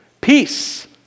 peace